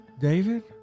David